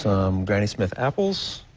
granny smith apples.